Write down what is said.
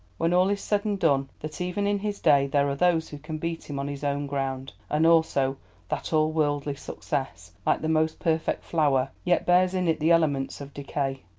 when all is said and done that even in his day there are those who can beat him on his own ground and also that all worldly success, like the most perfect flower, yet bears in it the elements of decay.